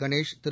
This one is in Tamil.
கணேஷ் திரு